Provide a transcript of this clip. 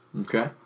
Okay